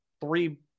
three